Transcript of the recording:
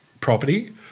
property